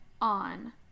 on